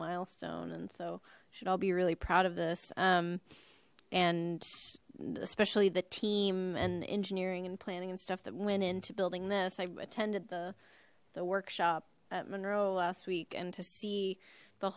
milestone and so should all be really proud of this um and especially the team and engineering and planning and stuff that went into building this i attended the the workshop at monroe last week and to see the